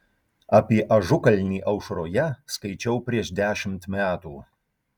apie ažukalnį aušroje skaičiau prieš dešimt metų